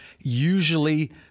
usually